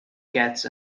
cats